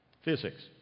Physics